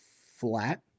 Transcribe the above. flat